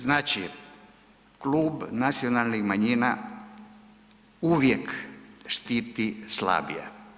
Znači, Klub nacionalnih manjina uvijek štiti slabije.